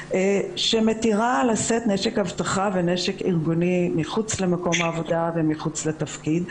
שמתירה לשאת נשק אבטחה ונשק ארגוני מחוץ למקום העבודה ומחוץ לתפקיד,